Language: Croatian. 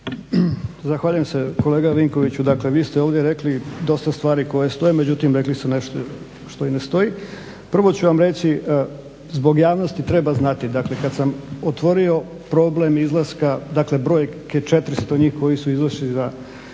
Zahvaljujem se. Kolega Vinkoviću, dakle vi ste ovdje rekli dosta stvari koje stoje, međutim rekli ste nešto što i ne stoji. Prvo ću vam reći, zbog javnosti treba znati dakle, kad sam otvorio problem izlaska, brojke 400 njih koji su izašli za